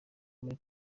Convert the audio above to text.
muri